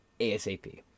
ASAP